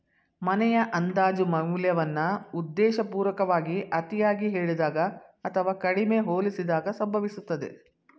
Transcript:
ಮನೆಯ ಅಂದಾಜು ಮೌಲ್ಯವನ್ನ ಉದ್ದೇಶಪೂರ್ವಕವಾಗಿ ಅತಿಯಾಗಿ ಹೇಳಿದಾಗ ಅಥವಾ ಕಡಿಮೆ ಹೋಲಿಸಿದಾಗ ಸಂಭವಿಸುತ್ತದೆ